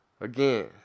again